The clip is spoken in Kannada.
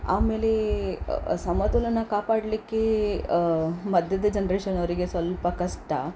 ಆಮೇಲೆ ಸಮತೋಲನ ಕಾಪಾಡಲಿಕ್ಕೆ ಮಧ್ಯದ ಜನ್ರೇಷನ್ ಅವರಿಗೆ ಸ್ವಲ್ಪ ಕಷ್ಟ